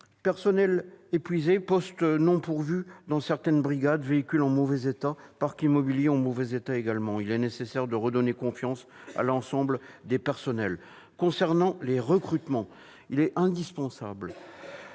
personnel épuisé, postes non pourvus dans certaines brigades, véhicules en mauvais état, parc immobilier dégradé. Il est nécessaire de redonner confiance à l'ensemble des personnels. Concernant les recrutements, il est indispensable